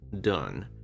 done